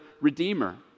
Redeemer